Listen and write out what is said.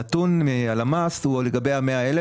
הנתון מהלמ"ס הוא לגבי ה-100,000,